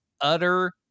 utter